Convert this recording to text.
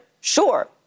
Sure